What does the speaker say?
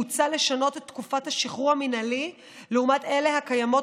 מוצע לשנות את תקופות השחרור המינהלי לעומת אלה הקיימות